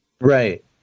right